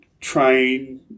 train